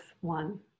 one